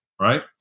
right